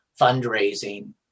fundraising